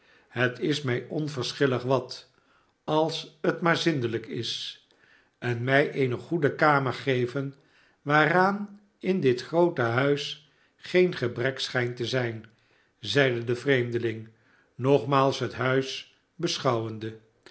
het is mij onverschillig wat als het maar zindelijk is en mij eene goede kamer geven waaraan in dit groote huis geen gebrek schijnt te zijn zeide de vreemdeling nogmaals het huis beschouwende